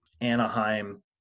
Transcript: Anaheim